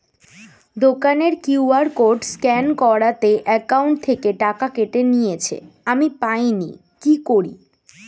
দোকানের QR code scan করাতে account থেকে টাকা কেটে নিয়েছে, আমি পাইনি কি করি?